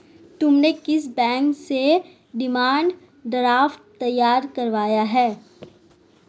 तुमने किस बैंक से डिमांड ड्राफ्ट तैयार करवाया है?